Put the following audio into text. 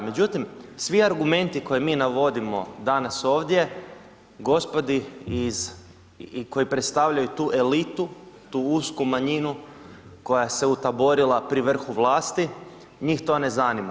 Međutim, svi argumenti koje mi navodimo danas ovdje gospodi iz i koji predstavljaju tu elitu, tu usku manjinu koja se utaborila pri vrhu vlasti, njih to ne zanima.